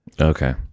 Okay